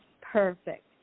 perfect